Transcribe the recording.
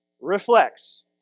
reflects